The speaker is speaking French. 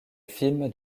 film